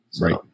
Right